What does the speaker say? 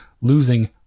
losing